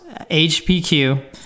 HPQ